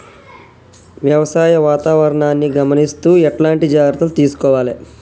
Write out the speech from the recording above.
వ్యవసాయ వాతావరణాన్ని గమనిస్తూ ఎట్లాంటి జాగ్రత్తలు తీసుకోవాలే?